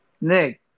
Nick